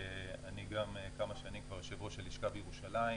ואני גם כמה שנים כבר יושב-ראש הלשכה בירושלים.